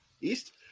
East